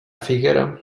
figuera